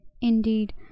Indeed